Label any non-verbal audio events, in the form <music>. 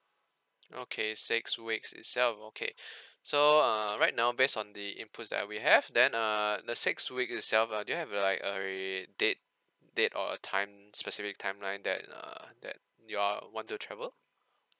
okay six weeks itself okay <breath> so err right now based on the inputs that we have then err the six week itself uh do you have like a date date or a time specific timeline that uh that you all want to travel